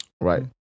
right